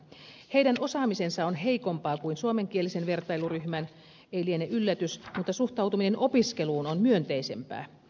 heidän osaamisensa on heikompaa kuin suomenkielisen vertailuryhmän ei liene yllätys mutta suhtautuminen opiskeluun on myönteisempää